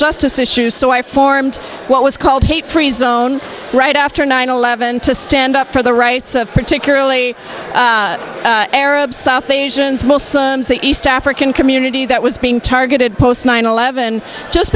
justice issues so i formed what was called hate free zone right after nine eleven to stand up for the rights of particularly arab south asians most sons the east african community that was being targeted post nine eleven just